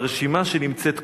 ברשימה שנמצאת קודם,